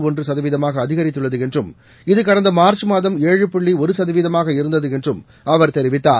ஒன்று சதவீதமாக அதிகரித்துள்ளது என்றும் இது கடந்த மார்ச் மாதம் ஏழு புள்ளி ஒரு சதவீதமாக இருந்தது என்றும் அவர் தெரிவித்தார்